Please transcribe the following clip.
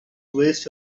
waste